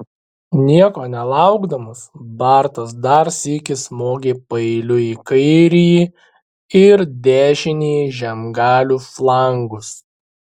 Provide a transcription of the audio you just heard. nieko nelaukdamas bartas dar sykį smogė paeiliui į kairįjį ir dešinįjį žemgalių flangus